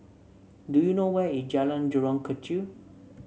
do you know where is Jalan Jurong Kechil